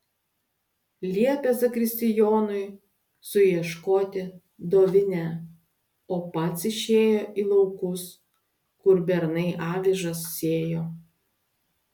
liepė zakristijonui suieškoti dovinę o pats išėjo į laukus kur bernai avižas sėjo